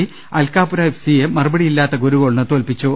C അൽകാപുര F സിയെ മറുപടിയില്ലാത്ത ഒരു ഗോളിന് തോൽപിച്ചു